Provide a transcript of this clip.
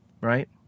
Right